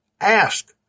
ask